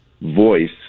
voice